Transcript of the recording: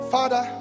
Father